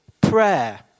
prayer